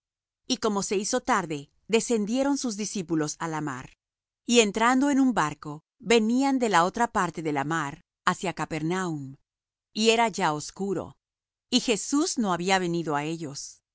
y como se hizo tarde descendieron sus discípulos á la mar y entrando en un barco venían de la otra parte de la mar hacia capernaum y era ya oscuro y jesús no había venido á ellos